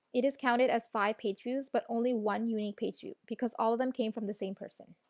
it is counted as five page views but only one unique page view because all of them came from the same person.